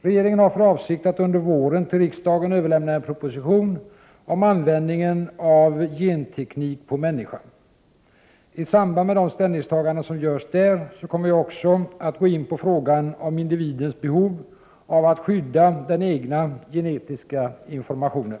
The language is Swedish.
Regeringen har för avsikt att under våren till riksdagen överlämna en proposition om användning av genteknik på människa. I samband med de ställningstaganden som görs där kommer jag också att gå in på frågan om individens behov av att skydda den egna genetiska informationen.